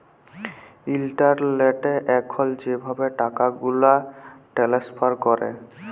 ইলটারলেটে এখল যেভাবে টাকাগুলা টেলেস্ফার ক্যরে